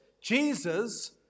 Jesus